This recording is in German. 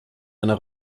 einer